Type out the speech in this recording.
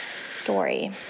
story